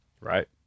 right